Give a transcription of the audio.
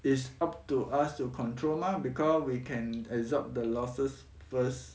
it's up to us to control mah because we can absorb the losses first